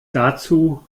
dazu